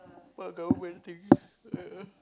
what government thing ya